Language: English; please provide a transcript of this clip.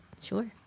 Sure